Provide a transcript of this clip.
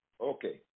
okay